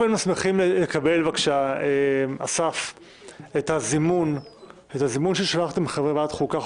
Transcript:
אנחנו היינו שמחים לקבל בבקשה את הזימון ששלחתם לחברי ועדת חוקה,